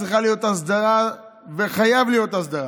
צריכה להיות הסדרה וחייבת להיות הסדרה,